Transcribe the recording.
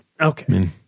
Okay